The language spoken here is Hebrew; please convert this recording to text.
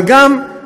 אבל גם,